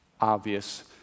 obvious